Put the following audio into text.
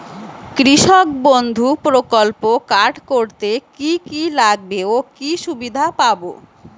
কৃষক বন্ধু প্রকল্প কার্ড করতে কি কি লাগবে ও কি সুবিধা পাব?